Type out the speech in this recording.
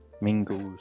Mingles